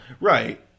right